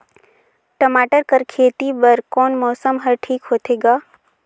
टमाटर कर खेती बर कोन मौसम हर ठीक होथे ग?